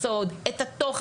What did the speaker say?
זה לא,